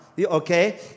okay